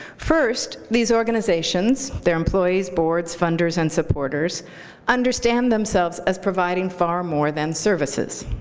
first, these organizations, their employees, boards, funders, and supporters understand themselves as providing far more than services.